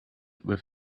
with